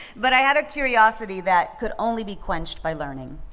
but i had a curiosity that could only be quenched by learning.